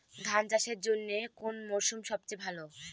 ধান চাষের জন্যে কোন মরশুম সবচেয়ে ভালো?